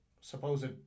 supposed